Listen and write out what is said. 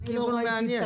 זה כיוון מעניין.